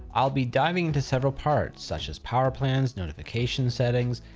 i'll be diving into several parts, such as power plans, notification settings,